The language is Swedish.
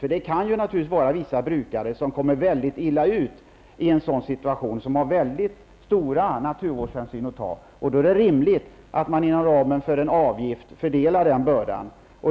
Vissa brukare kan naturligtvis råka väldigt illa ut i en sådan här situation och ha mycket stora naturvårdshänsyn att ta. Då är det rimligt att man inom ramen för en av avgift fördelar bördan.